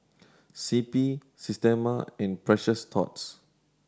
C P Systema and Precious Thots